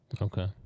okay